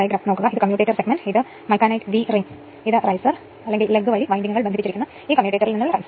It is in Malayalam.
മറ്റൊരാൾക്ക് എസി 2300 വോൾട്ട് എടുക്കാം മറ്റൊന്ന് ബിസി ബിസി 2300 വോൾട്ട് 11500 വോൾട്ട് ഉള്ള എസി ഇവയിൽ 2 സാധ്യമായ കണക്ഷൻ മാത്രമേ സാധ്യമാകൂ